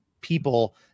people